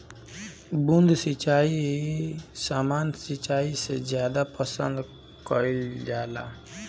बूंद सिंचाई सामान्य सिंचाई से ज्यादा पसंद कईल जाला